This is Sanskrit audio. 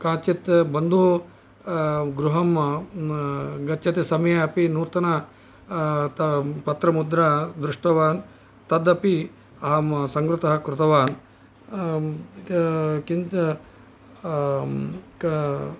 काचित् बन्धुगृहं गच्छति समये अपि नूतन त पत्रमुद्रा दृष्टवान् तदपि अहं सङ्गृतः कृतवान् किन् किन्तु क